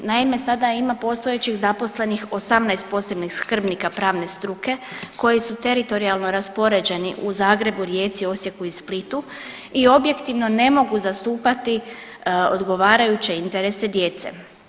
Naime, sada ima postojećih zaposlenih 18 posebnih skrbnika pravne struke koji su teritorijalno raspoređeni u Zagrebu, Rijeci, Osijeku i Splitu i objektivno ne mogu zastupati odgovarajuće interese djece.